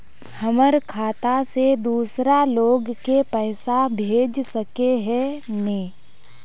हमर खाता से दूसरा लोग के पैसा भेज सके है ने?